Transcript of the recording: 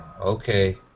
Okay